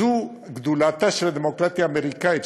זו גדולתה של הדמוקרטיה האמריקנית,